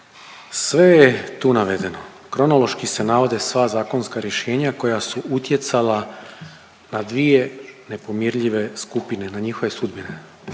Sve je tu navedeno, kronološki se navode sva zakonska rješenja koja su utjecala na dvije nepomirljive skupine, na njihove sudbine,